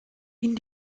ihnen